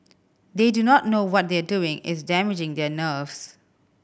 they do not know what they are doing is damaging their nerves